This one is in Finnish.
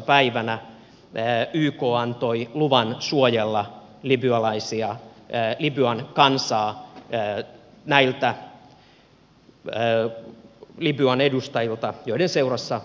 päivänä yk antoi luvan suojella libyalaisia libyan kansaa näiltä libyan edustajilta joiden seurassa